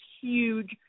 huge